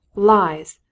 lies!